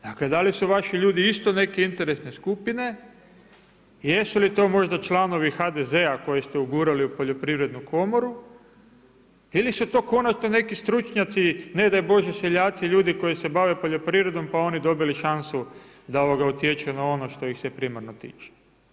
Da li su vaši ljudi isto neke interesne skupine, jesu li to možda članovi HDZ-a koje ste u gurali u Poljoprivrednu komoru ili su to konačno neki stručnjaci, ne daj Bože seljaci, ljudi koji se bave poljoprivredom pa oni dobili šansu da utječu na ono što ih se primarno tiče?